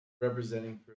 representing